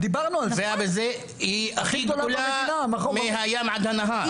היא הכי גדולה מהים עד הנהר.